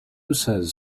says